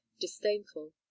disdainful